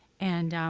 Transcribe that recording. and